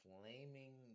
Flaming